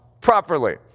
properly